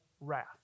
wrath